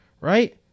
right